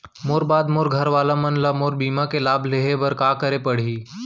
मोर बाद मोर घर वाला मन ला मोर बीमा के लाभ लेहे बर का करे पड़ही?